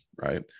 right